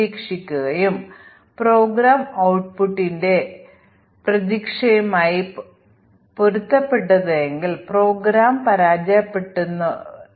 ഇത് ബഗുകളുള്ള ഒരു പ്രോഗ്രാം അല്ല അതിനാൽ മ്യൂട്ടേറ്റ് ചെയ്ത പ്രോഗ്രാമും യഥാർത്ഥ പ്രോഗ്രാമും പരിശോധനയിലൂടെ വേർതിരിച്ചറിയാൻ കഴിയില്ല